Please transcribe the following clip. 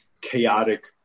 chaotic